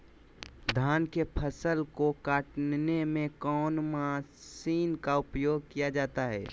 धान के फसल को कटने में कौन माशिन का उपयोग किया जाता है?